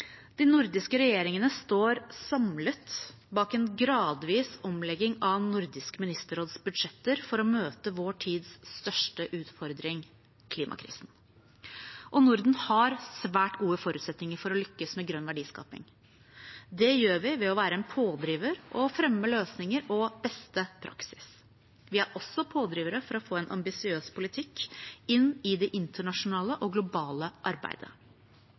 De nordiske regjeringene står samlet bak en gradvis omlegging av Nordisk ministerråds budsjetter for å møte vår tids største utfordring, klimakrisen. Norden har svært gode forutsetninger for å lykkes med grønn verdiskaping. Det gjør vi ved å være en pådriver og fremme løsninger og beste praksis. Vi er også pådrivere for å få en ambisiøs politikk inn i det internasjonale og globale arbeidet.